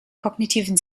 kognitiven